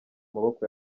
maboko